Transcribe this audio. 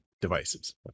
devices